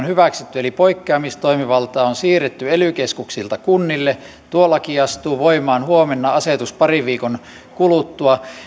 hyväksytty eli poikkeamistoimivalta on siirretty ely keskuksilta kunnille tuo laki astuu voimaan huomenna asetus parin viikon kuluttua